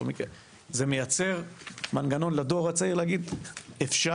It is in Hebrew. זה מייצר מנגנון לדור הצעיר ולהגיד "אפשר,